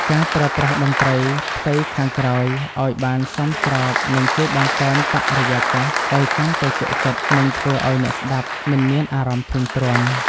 ការប្រើប្រាស់តន្ត្រីផ្ទៃខាងក្រោយឱ្យបានសមស្របនឹងជួយបង្កើនបរិយាកាសឱ្យកាន់តែជក់ចិត្ត និងធ្វើឱ្យអ្នកស្តាប់មិនមានអារម្មណ៍ធុញទ្រាន់។